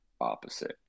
opposite